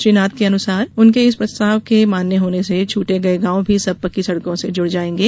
श्री नाथ के अनुसार उनके इस प्रस्ताव के मान्य होने से छूटे गये गाँव भी सब पक्की सड़कों से जुड़ जाएंगे